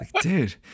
dude